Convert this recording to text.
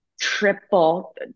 triple